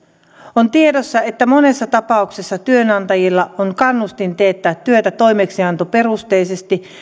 on tiedossa että monessa tapauksessa työnantajilla on kannustin teettää työtä toimeksiantoperusteisesti